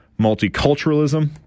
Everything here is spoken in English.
multiculturalism